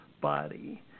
body